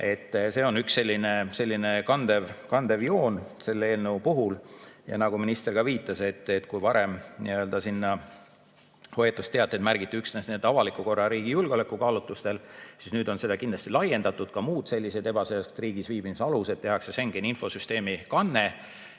See on üks selline kandev joon selle eelnõu puhul. Nagu minister ka viitas, kui varem hoiatusteateid märgiti üksnes avaliku korra ja riigi julgeoleku kaalutlustel, siis nüüd on seda laiendatud, ka muul riigis ebaseadusliku viibimise alusel tehakse Schengeni infosüsteemi kanne.